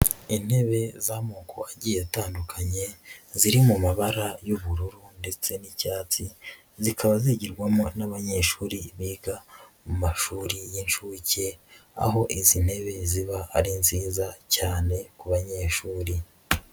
Intebe z'amoko agiye atandukanye, ziri mu mabara y'ubururu ndetse n'icyatsi, zikaba zigirwamo n'abanyeshuri biga mu mashuri y'incuke, aho izi ntebe ziba ari nziza cyane ku banyeshuri.